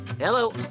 Hello